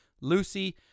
Lucy